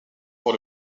pour